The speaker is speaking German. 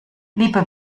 liebe